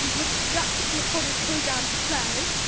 which that particular pod is programmed to play.